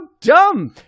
dumb